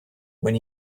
when